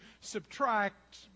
subtract